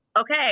okay